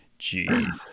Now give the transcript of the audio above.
Jeez